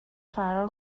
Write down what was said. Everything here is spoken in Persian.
فرار